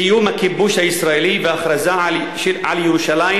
סיום הכיבוש הישראלי והכרזה על ירושלים